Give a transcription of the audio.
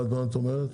מה את אומרת?